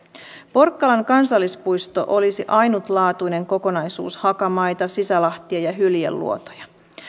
porkkalan kansallispuisto olisi ainutlaatuinen kokonaisuus hakamaita sisälahtia ja hyljeluotoja